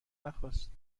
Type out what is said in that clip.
نخواست